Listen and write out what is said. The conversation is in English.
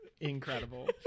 Incredible